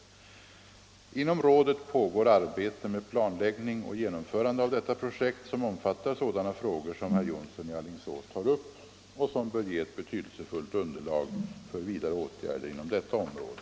Inom rådet pågår arbete med planläggning och genomförande av detta projekt som omfattar sådana frågor som herr Jonsson i Alingsås tar upp och som bör ge ett betydelsefullt underlag för vidare åtgärder inom detta område.